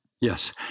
Yes